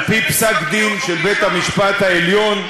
על-פי פסק-דין של בית-המשפט העליון,